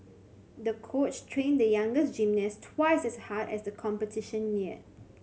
the coach trained the younger gymnast twice as hard as the competition neared